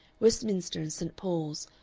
westminster, and st. paul's,